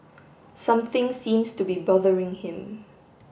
something seems to be bothering him